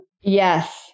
Yes